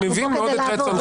אנחנו באים כדי לעבוד.